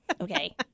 Okay